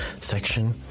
section